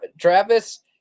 Travis